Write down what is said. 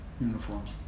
uniforms